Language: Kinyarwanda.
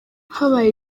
habaye